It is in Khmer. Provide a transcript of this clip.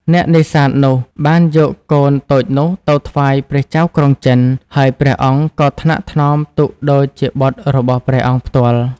អ្នកនេសាទនោះ បានយកកូនតូចនោះទៅថ្វាយព្រះចៅក្រុងចិន ហើយព្រះអង្គក៏ថ្នាក់ថ្នមទុកដូចជាបុត្ររបស់ព្រះអង្គផ្ទាល់។